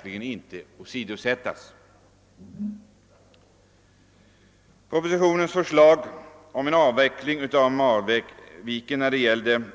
Jag ber att få tillstyrka propositionens förslag om en avveckling av